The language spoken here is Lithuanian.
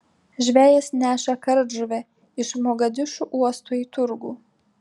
žvejas neša kardžuvę iš mogadišu uosto į turgų